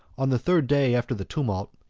on the third day after the tumult,